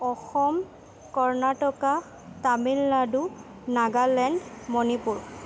Assam Karnataka Tamil Nadu Nagaland Manipur